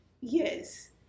Yes